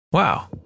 Wow